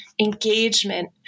engagement